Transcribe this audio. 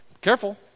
Careful